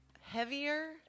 heavier